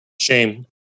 Shame